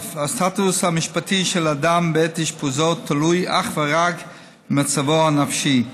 הסטטוס המשפטי של אדם בעת אשפוזו תלוי אך ורק במצבו הנפשי.